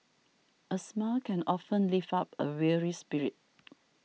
a smile can often lift up a weary spirit